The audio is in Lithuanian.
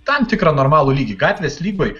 tam tikrą normalų lygį gatvės lygoj